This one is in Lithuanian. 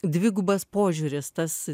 dvigubas požiūris tas